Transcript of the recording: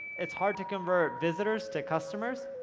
it's hard to convert visitors to customers.